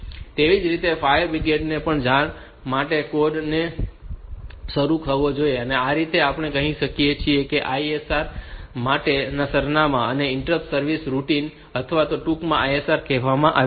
તેવી જ રીતે ફાયર બ્રિગેડને જાણ કરવા માટેનો કોડ કે જે શરૂ થવો જોઈએ આ રીતે આપણે કહી શકીએ કે તે ISR માટેના સરનામાં છે જેને ઇન્ટરપ્ટ સર્વિસ રૂટિન અથવા ટૂંકમાં ISR કહેવામાં આવે છે